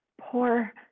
poor